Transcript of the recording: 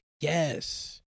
Yes